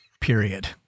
Period